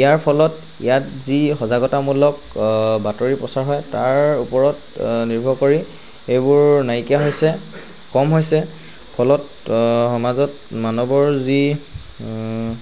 ইয়াৰ ফলত ইয়াত যি সজাগতামূলক বাতৰি প্ৰচাৰ হয় তাৰ ওপৰত নিৰ্ভৰ কৰি এইবোৰ নাইকিয়া হৈছে কম হৈছে ফলত সমাজত মানৱৰ যি